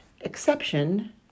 exception